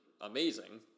amazing